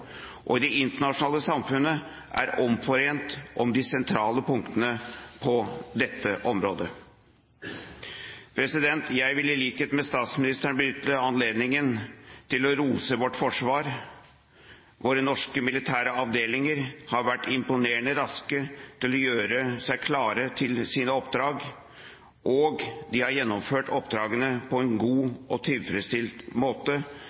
Det internasjonale samfunnet er omforent om de sentrale punktene på dette området. Jeg vil, i likhet med statsministeren, benytte anledningen til å rose vårt forsvar. Våre norske militære avdelinger har vært imponerende raske til å gjøre seg klare til sine oppdrag, og de har gjennomført oppdragene på en god og tilfredsstillende måte.